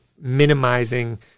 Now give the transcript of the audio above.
minimizing